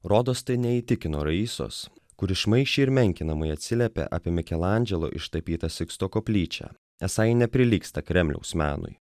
rodos tai neįtikino raisos kur išmaišė ir menkinamai atsiliepė apie mikelandželo ištapytą siksto koplyčią esą ji neprilygsta kremliaus menui